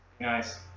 nice